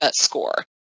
score